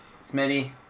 Smitty